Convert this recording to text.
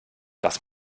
das